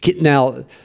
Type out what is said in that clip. Now